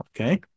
okay